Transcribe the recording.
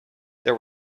there